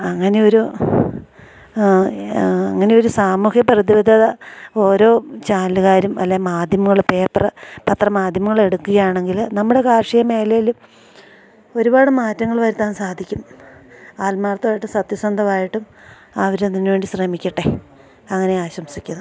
അങ്ങനെയൊരു സാമൂഹ്യപ്രതിബദ്ധത ഓരോ ചാനലുകാരും അല്ലെങ്കില് മാധ്യമങ്ങള് പേപ്പര് പത്രമാധ്യമങ്ങള് എടുക്കുകയാണെങ്കില് നമ്മുടെ കാർഷിക മേഖലയിലും ഒരുപാട് മാറ്റങ്ങള് വരുത്താൻ സാധിക്കും ആത്മാര്ത്ഥമായിട്ടും സത്യസന്ധമായിട്ടും അവരതിന് വേണ്ടി ശ്രമിക്കട്ടെ അങ്ങനെ ആശംസിക്കുന്നു